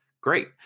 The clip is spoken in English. Great